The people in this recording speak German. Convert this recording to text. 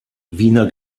wiener